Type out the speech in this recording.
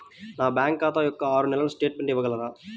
నా బ్యాంకు ఖాతా యొక్క ఆరు నెలల స్టేట్మెంట్ ఇవ్వగలరా?